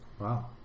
Wow